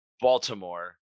Baltimore